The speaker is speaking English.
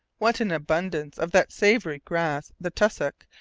what an abundance of that savoury grass, the tussock,